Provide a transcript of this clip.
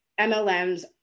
MLMs